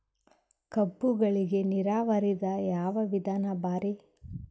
ಕಬ್ಬುಗಳಿಗಿ ನೀರಾವರಿದ ಯಾವ ವಿಧಾನ ಭಾರಿ?